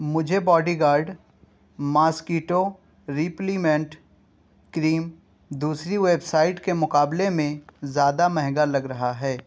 مجھے body guard mosquito repellent cream دوسری website کے مقابلے میں زیادہ مہنگا لگ رہا ہے